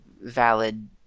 valid